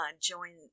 join